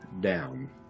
down